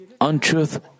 untruth